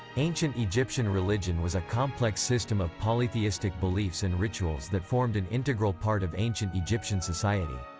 ancient egyptian religion was a complex system of polytheistic beliefs and rituals that formed an integral part of ancient egyptian society.